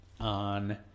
on